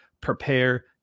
prepare